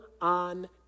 on